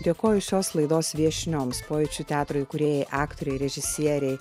dėkoju šios laidos viešnioms pojūčių teatro įkūrėjai aktorei režisierei